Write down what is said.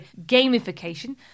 gamification